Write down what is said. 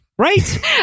Right